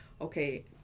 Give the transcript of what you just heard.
okay